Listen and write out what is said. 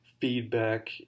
feedback